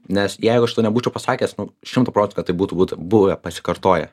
nes jeigu aš to nebūčiau pasakęs šimtu procentu kad tai būtų buvę pasikartoję